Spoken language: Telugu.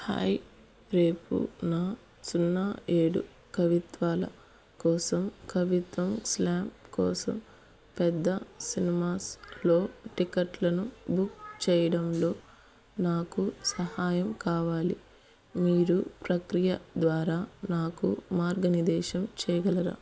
హాయ్ రేపున సున్నా ఏడు కవిత్వాల కోసం కవిత్వం స్లామ్ కోసం పెద్ద సినిమాస్లో టిక్కెట్లను బుక్ చేయడంలో నాకు సహాయం కావాలి మీరు ప్రక్రియ ద్వారా నాకు మార్గనిర్దేశం చేయగలరా